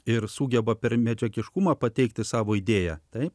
ir sugeba per medžiagiškumą pateikti savo idėją taip